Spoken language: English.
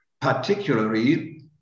Particularly